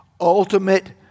ultimate